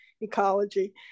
ecology